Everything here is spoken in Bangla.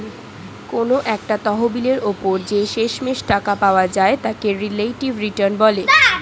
কোনো একটা তহবিলের উপর যে শেষমেষ টাকা পাওয়া যায় তাকে রিলেটিভ রিটার্ন বলে